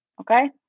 Okay